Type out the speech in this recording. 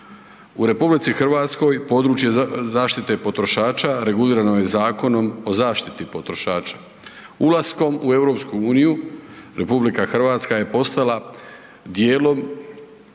U RH područje zaštite potrošača regulirano je Zakonom o zaštiti potrošača. Ulaskom u EU RH je postala